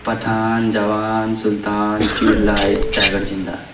Pathan Jawan Sultan tubelight Tiger Zinda ہے